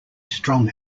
strong